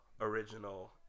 original